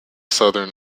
southern